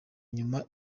inyuma